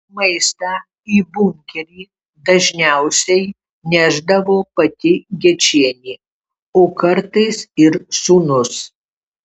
maistą į bunkerį dažniausiai nešdavo pati gečienė o kartais ir sūnus